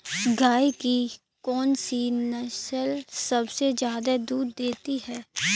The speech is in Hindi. गाय की कौनसी नस्ल सबसे ज्यादा दूध देती है?